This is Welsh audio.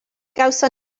gawson